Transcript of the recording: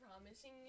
promising